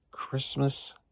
Christmas